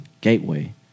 gateway